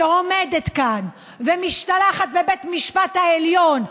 שעומדת כאן ומשתלחת בבית המשפט העליון,